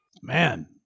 Man